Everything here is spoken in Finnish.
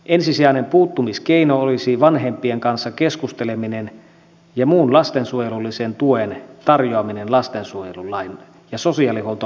ensisijainen puuttumiskeino olisi vanhempien kanssa keskusteleminen ja muun lastensuojelullisen tuen tarjoaminen lastensuojelulain ja sosiaalihuoltolain mukaisesti